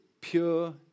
pure